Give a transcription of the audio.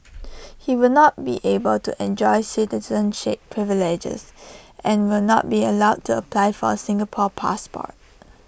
he will not be able to enjoy citizenship privileges and will not be allowed to apply for A Singapore passport